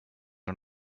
are